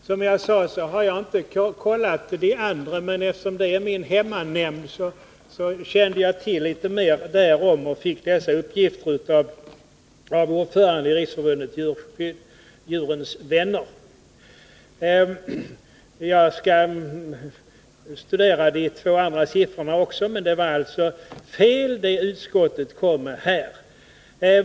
Som jag sade har jag inte kollat de andra siffrorna, men min ”hemmanämnd” känner jag till litet mer om. Jag fick uppgifterna av ordföranden i Riksförbundet Djurens vänner. Jag skall studera de andra siffrorna också, men jag konstaterar alltså att på en punkt var det som utskottet kom med fel.